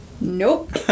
Nope